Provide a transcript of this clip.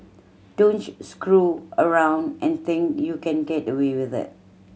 don't screw around and think you can get away with it